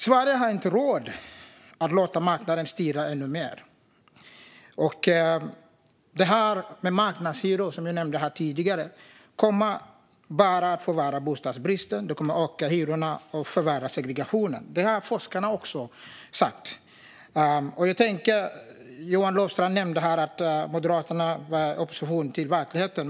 Sverige har inte råd att låta marknaden styra ännu mer. Marknadshyror kommer, som jag nämnde här tidigare, bara att förvärra bostadsbristen, öka hyrorna och förvärra segregationen. Det har också forskarna sagt. Johan Löfstrand nämnde att Moderaterna var i opposition mot verkligheten.